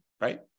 Right